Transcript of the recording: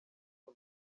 n’u